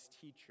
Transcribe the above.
teacher